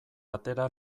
atera